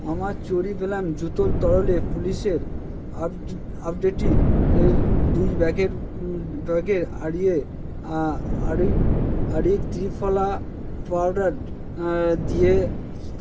আমার cherry blossom জুতোর তরলে পুলিশের আপ আপডেটটি এই দুই ব্যাগের ব্যাগের আড়িয়ে আরিক আরিক ত্রিফলা পাউডার দিয়ে